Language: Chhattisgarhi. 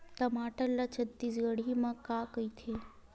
टमाटर ला छत्तीसगढ़ी मा का कइथे?